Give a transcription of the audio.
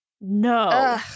No